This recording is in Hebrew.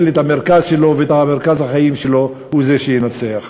את המרכז שלו ואת מרכז החיים שלו הוא זה שינצח.